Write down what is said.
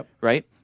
right